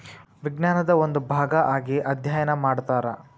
ವಿಜ್ಞಾನದ ಒಂದು ಭಾಗಾ ಆಗಿ ಅದ್ಯಯನಾ ಮಾಡತಾರ